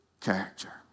character